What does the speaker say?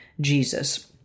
Jesus